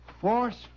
force